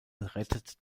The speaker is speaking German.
rettet